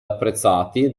apprezzati